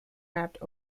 rapped